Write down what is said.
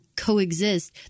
Coexist